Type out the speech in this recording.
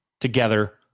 together